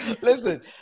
listen